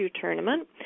tournament